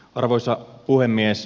arvoisa puhemies